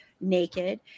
naked